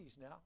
now